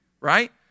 right